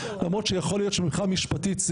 למרות שיכול להיות שמבחינה משפטית זה